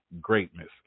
greatness